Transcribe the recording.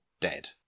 dead